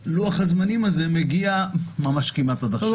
לוח-הזמנים הזה מגיע ממש כמעט עד עכשיו.